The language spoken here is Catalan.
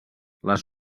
les